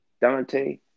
Dante